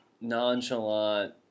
nonchalant